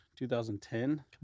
2010